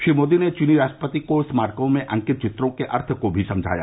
श्री मोदी ने चीनी राष्ट्रपति को स्मारकों में अंकित चित्रों के अर्थ को भी समझाया